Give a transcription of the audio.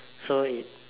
so it